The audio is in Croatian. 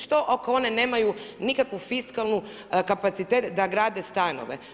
Što ako oni nemaju nikakvu fiskalnu kapacitet da grade stanove?